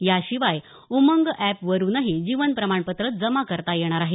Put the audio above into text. याशिवाय उमंग एपवरूनही जीवन प्रमाणपत्र जमा करता येणार आहे